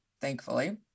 thankfully